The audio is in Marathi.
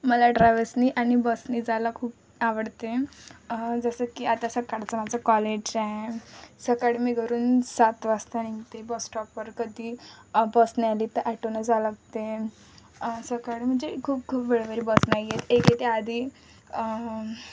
मला ट्रॅव्हल्सनी आणि बसनी जायला खूप आवडते जसं की आता सकाळचं माझं कॉलेज आहे सकाळी मी घरून सात वाजता निघते बस स्टॉपवर कधी बस नाही आली तर ॲटोनं जावं लागते सकाळी म्हणजे खूप खूप वेळोवेळी बस नाही येत एक येते आधी